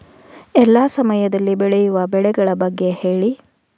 ಎಲ್ಲಾ ಸಮಯದಲ್ಲಿ ಬೆಳೆಯುವ ಬೆಳೆಗಳ ಬಗ್ಗೆ ಹೇಳಿ